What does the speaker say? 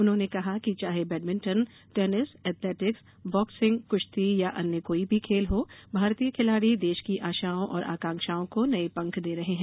उन्होंने कहा कि चाहे बैडमिंटन टेनिस एथलेटिक्स बॉक्सिंग कुश्ती या अन्य कोई भी खेल हो भारतीय खिलाड़ी देश की आशाओं और आकांक्षाओं को नये पंख दे रहे हैं